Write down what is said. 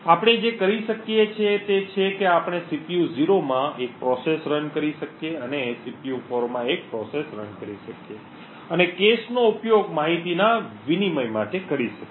આપણા જે કરી શકીએ તે છે કે આપણે સીપીયુ 0 માં એક પ્રક્રિયા રન કરી શકીએ અને સીપીયુ 4 માં એક પ્રક્રિયા રન શકીએ અને cache નો ઉપયોગ માહિતીના વિનિમય માટે કરી શકીએ